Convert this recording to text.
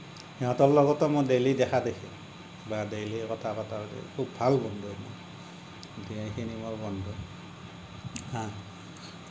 সিহঁতৰ লগতো মোৰ ডেইলি দেখা দেখি বা ডেইলি কথা পতা হয় খুব ভাল বন্ধু এতিয়া এইখিনি মোৰ বন্ধু